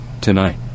tonight